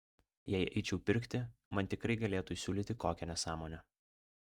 jei eičiau pirkti man tikrai galėtų įsiūlyti kokią nesąmonę